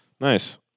Nice